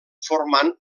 formant